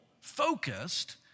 focused